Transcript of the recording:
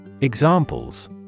Examples